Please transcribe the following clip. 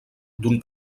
d’un